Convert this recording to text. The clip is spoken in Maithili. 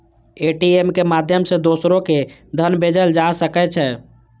ए.टी.एम के माध्यम सं दोसरो कें धन भेजल जा सकै छै